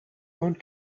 won’t